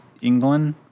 England